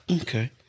Okay